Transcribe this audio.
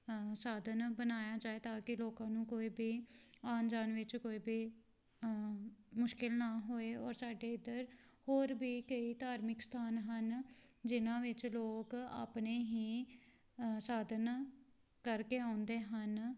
ਸਾਧਨ ਬਣਾਇਆ ਜਾਏ ਤਾਂ ਕਿ ਲੋਕਾਂ ਨੂੰ ਕੋਈ ਵੀ ਆਉਣ ਜਾਣ ਵਿੱਚ ਕੋਈ ਵੀ ਮੁਸ਼ਕਲ ਨਾ ਹੋਏ ਔਰ ਸਾਡੇ ਇੱਧਰ ਹੋਰ ਵੀ ਕਈ ਧਾਰਮਿਕ ਸਥਾਨ ਹਨ ਜਿਹਨਾਂ ਵਿੱਚ ਲੋਕ ਆਪਣੇ ਹੀ ਸਾਧਨ ਕਰਕੇ ਆਉਂਦੇ ਹਨ